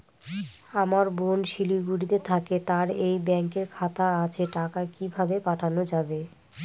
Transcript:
আমার বোন শিলিগুড়িতে থাকে তার এই ব্যঙকের খাতা আছে টাকা কি ভাবে পাঠানো যাবে?